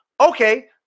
okay